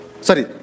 Sorry